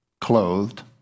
clothed